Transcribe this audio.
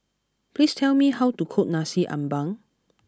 please tell me how to cook Nasi Ambeng